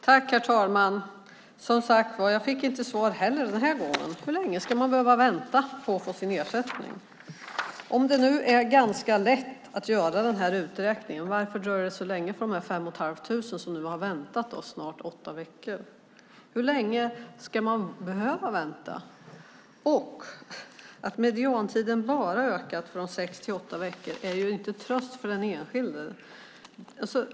Herr talman! Jag fick inte svar den här gången heller. Hur länge ska man behöva vänta på att få sin ersättning? Om det är ganska lätt att göra den här uträkningen, varför dröjer det så länge för dessa fem och ett halvt tusen som nu har väntat i snart åtta veckor? Hur länge ska man behöva vänta? Att mediantiden bara ökat från sex till åtta veckor är inte någon tröst för den enskilde.